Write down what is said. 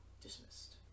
dismissed